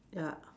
ya